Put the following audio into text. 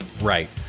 Right